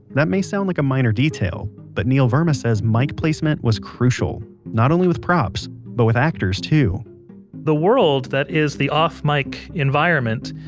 that may sound like a minor detail but neil verma says mic placement was crucial not only with props but with actors too the world that is the off-mic like environment,